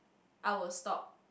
I will stop